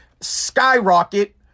skyrocket